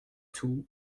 tout